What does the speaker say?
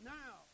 now